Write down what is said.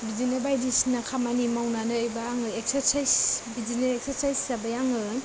बिदिनो बायदिसिना खामानि मावनानै बा आङो एक्सारसाइस बिदिनो एक्सारसाइस हिसाबै आङो